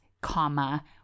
comma